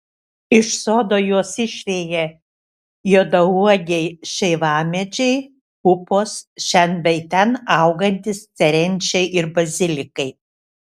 iš sodo juos išveja juodauogiai šeivamedžiai pupos šen bei ten augantys serenčiai ir bazilikai